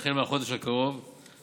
החל מהחודש הקרוב,